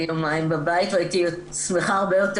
אני יומיים בבית והייתי שמחה הרבה יותר